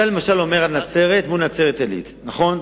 אתה למשל מדבר על נצרת מול נצרת-עילית, נכון?